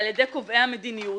ועל ידי קובעי המדיניות?